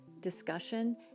discussion